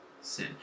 sin